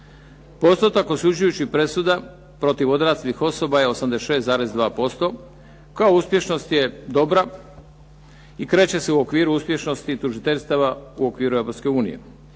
postotak osuđujućih presuda protiv odraslih osoba je 86,2%, kao uspješnost je dobra i kreće se u okviru uspješnosti tužiteljstava u okviru Europske unije.